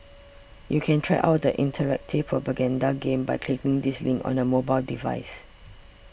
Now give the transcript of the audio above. you can try out the interactive propaganda game by clicking this link on a mobile device